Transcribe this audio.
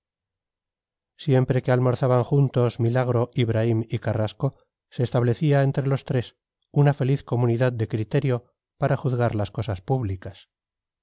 siempre que almorzaban juntos milagro ibraim y carrasco se establecía entre los tres una feliz comunidad de criterio para juzgar las cosas públicas